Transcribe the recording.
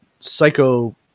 Psycho